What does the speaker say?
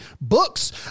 books